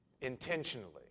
Intentionally